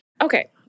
Okay